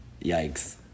Yikes